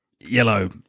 Yellow